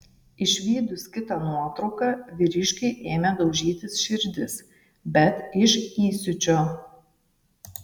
išvydus kitą nuotrauką vyriškiui ėmė daužytis širdis bet iš įsiūčio